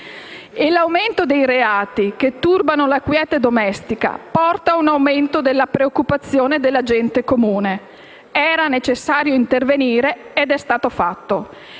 L'aumento dei reati che turbano la quiete domestica porta a un aumento delle preoccupazioni della gente comune. Era necessario intervenire ed è stato fatto.